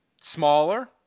smaller